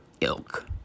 ilk